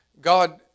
God